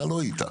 אתה לא היית.